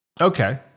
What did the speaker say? Okay